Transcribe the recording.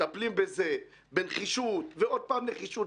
שוות נפש,